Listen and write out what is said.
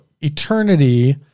eternity